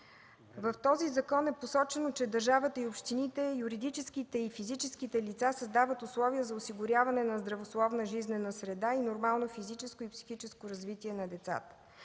В този закон е посочено, че държавата и общините, юридическите и физическите лица създават условия за осигуряване на здравословна жизнена среда и нормално физическо и психическо развитие на децата.